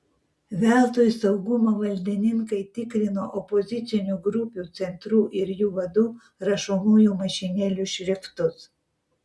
veltui saugumo valdininkai tikrino opozicinių grupių centrų ir jų vadų rašomųjų mašinėlių šriftus